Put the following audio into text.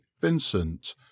Vincent